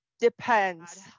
depends